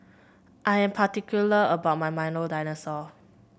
I am particular about my Milo Dinosaur